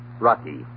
Rocky